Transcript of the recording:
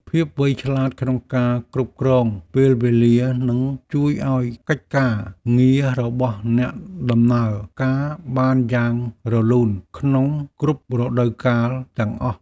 ភាពវៃឆ្លាតក្នុងការគ្រប់គ្រងពេលវេលានឹងជួយឱ្យកិច្ចការងាររបស់អ្នកដំណើរការបានយ៉ាងរលូនក្នុងគ្រប់រដូវកាលទាំងអស់។